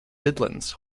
midlands